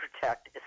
protect